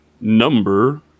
Number